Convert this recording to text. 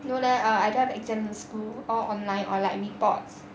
no leh err I don't have exams in school all online or like reports